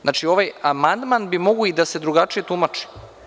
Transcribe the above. Znači, ovaj amandman bi mogao i da se drugačije tumači.